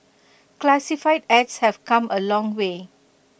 classified ads have come A long way